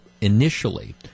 initially